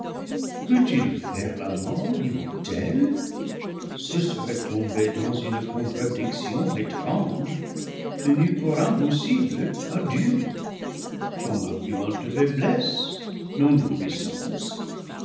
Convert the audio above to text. peut-il faire la mort immortelle ce serait tomber dans une contradiction étrange tenue pour impossible à dieu comme arguant de faiblesse non de puissance